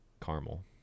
caramel